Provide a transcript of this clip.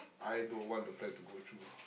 I don't want the plan to go through